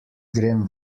grem